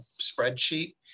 spreadsheet